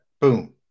boom